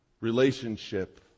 Relationship